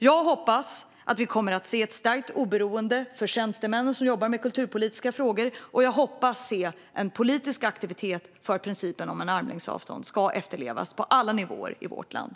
Jag hoppas att vi kommer att se ett stärkt oberoende för de tjänstemän som jobbar med kulturpolitiska frågor, och jag hoppas se politisk aktivitet för att principen om armlängds avstånd ska efterlevas på alla nivåer i vårt land.